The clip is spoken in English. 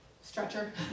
stretcher